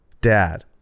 Dad